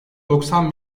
doksan